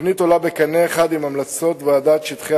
התוכנית עולה בקנה אחד עם המלצות ועדת שטחי